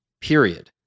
period